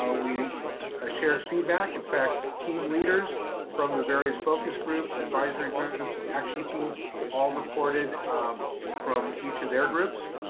we ah shared feedback, in fact, team leaders from the various focus groups, advisory groups, and action teams all reported um from each of their groups.